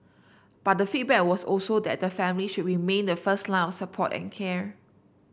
but the feedback was also that the family should remain the first line of support and care